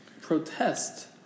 protest